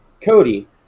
Cody